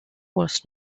was